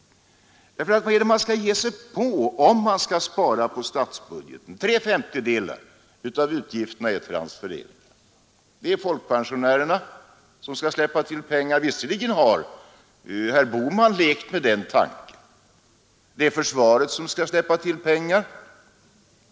Ty vad är det man skall ge sig på om man skall spara på statsbudgeten? Tre femtedelar av utgifterna är transfereringar. Det är folkpensionärerna som skall släppa till pengar — herr Bohman har faktiskt lekt med den tanken —, och det är familjepolitiken etc.